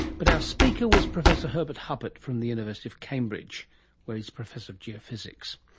but out speaker was professor herbert huppert from the university of cambridge where he's professor of geophysics.